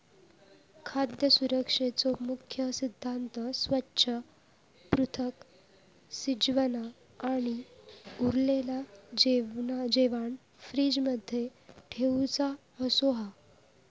खाद्य सुरक्षेचो मुख्य सिद्धांत स्वच्छ, पृथक, शिजवना आणि उरलेला जेवाण फ्रिज मध्ये ठेउचा असो हा